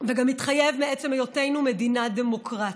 וגם מעצם היותנו מדינה דמוקרטית.